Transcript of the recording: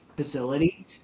Facility